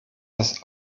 das